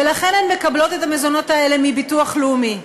ולכן הן מקבלות את המזונות האלה מביטוח לאומי.